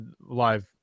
live